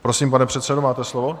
Prosím, pane předsedo, máte slovo.